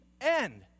end